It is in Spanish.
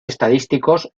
estadísticos